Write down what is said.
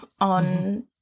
on –